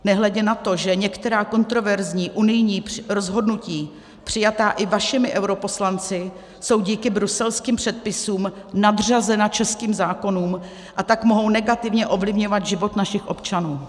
Nehledě na to, že některá kontroverzní unijní rozhodnutí přijatá i vašimi europoslanci jsou díky bruselským předpisům nadřazena českým zákonům, a tak mohou negativně ovlivňovat život našich občanů.